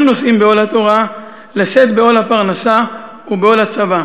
נושאים בעול התורה לשאת בעול הפרנסה ובעול הצבא.